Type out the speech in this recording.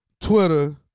Twitter